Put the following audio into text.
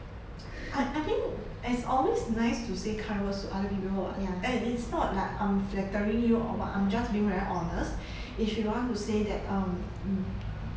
I I think it's always nice to say kind words to other people who are and it's not like I'm flattering you or what I'm just being very honest if you want to say that um